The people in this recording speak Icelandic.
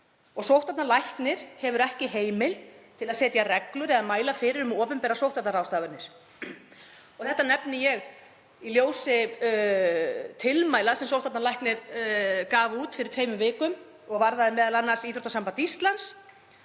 Sóttvarnalæknir hefur ekki heimild til að setja reglur eða mæla fyrir um opinberar sóttvarnaráðstafanir og þetta nefni ég í ljósi tilmæla sem sóttvarnalæknir gaf út fyrir tveimur vikum og vörðuðu m.a. Íþróttasamband Íslands.